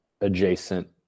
adjacent